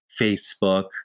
Facebook